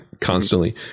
constantly